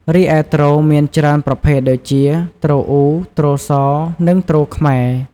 រីឯទ្រ មានច្រើនប្រភេទដូចជា ទ្រអ៊ូ ទ្រសោ និង ទ្រខ្មែរ។